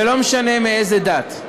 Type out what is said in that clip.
ולא משנה מאיזה דת,